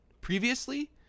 previously